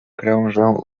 krążę